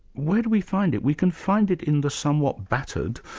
where do we find it? we can find it in the somewhat battered,